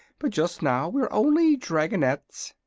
but just now we're only dragonettes.